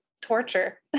torture